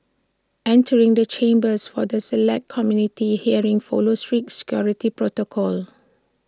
entering the chambers for the Select Committee hearing follows strict security protocol